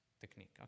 technique